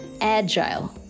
agile